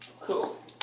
Cool